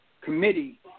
Committee